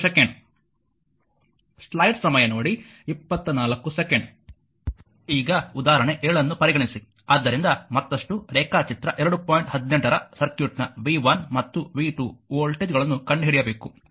18 ರ ಸರ್ಕ್ಯೂಟ್ ನ v1 ಮತ್ತು v 2 ವೋಲ್ಟೇಜ್ಗಳನ್ನು ಕಂಡುಹಿಡಿಯಬೇಕು